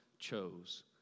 Chose